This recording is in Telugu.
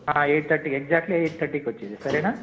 ఎయిట్ తర్టీకి ఎగ్జాట్లీ ఎయిట్ తర్టీకి వచ్చేసేయి సరేనా